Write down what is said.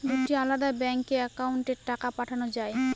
দুটি আলাদা ব্যাংকে অ্যাকাউন্টের টাকা পাঠানো য়ায়?